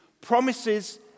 Promises